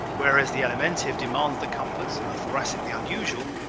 whereas the alimentive demands the comforts and the thoracic the unusual,